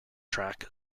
track